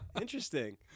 Interesting